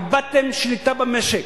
איבדתם שליטה במשק.